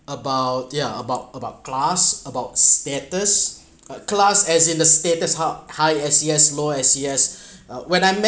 about yeah about about class about status uh class as in the status hub high S_E_S low S_E_S uh when I mentioned